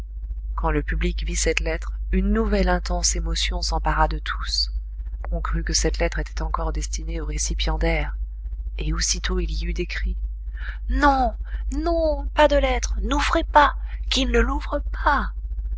quand le public vit cette lettre une nouvelle intense émotion s'empara de tous on crut que cette lettre était encore destinée au récipiendaire et aussitôt il y eut des cris non non pas de lettres n'ouvrez pas qu'il ne l'ouvre pas